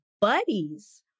buddies